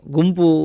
Gumpu